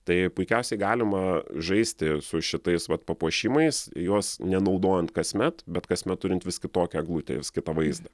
tai puikiausiai galima žaisti su šitais vat papuošimais juos nenaudojant kasmet bet kasmet turint vis kitokią eglutę vis kitą vaizdą